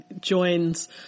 joins